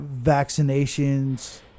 vaccinations